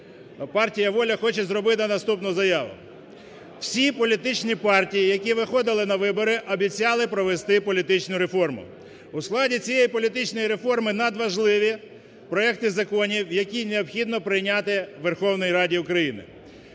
Партія "Воля" хоче зробити наступну заяву. Всі політичні партії, які виходили на вибори, обіцяли провести політичну реформу, у складі цієї політичної реформи надважливі проекти законів, які необхідно прийняти в Верховній Раді України.